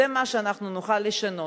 זה מה שאנחנו נוכל לשנות,